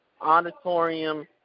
Auditorium